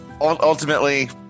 Ultimately